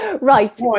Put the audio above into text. right